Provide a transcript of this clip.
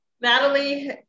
Natalie